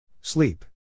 Sleep